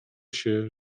się